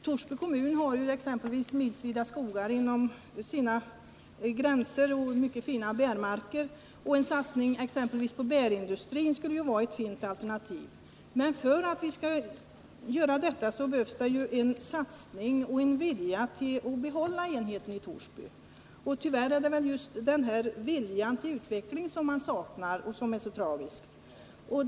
Torsby kommun har t.ex. milsvida skogar och mycket fina bärmarker. En satsning på exempelvis bärindustrin skulle kunna vara ett fint alternativ. Men för att vi skall göra detta behövs en satsning och en vilja att behålla enheten i Torsby. Tyvärr är det just viljan till utveckling som man saknar, vilket är tragiskt.